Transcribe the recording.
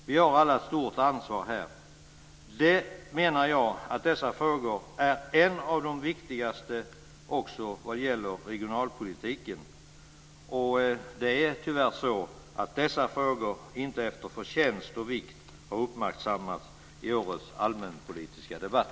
Vi har alla ett stort ansvar. Dessa frågor är bland de viktigaste också vad gäller regionalpolitiken. Det är tyvärr så att dessa frågor inte efter tjänst och vikt har uppmärksammats i årets allmänpolitiska debatt.